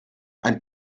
ein